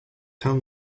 tell